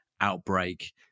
outbreak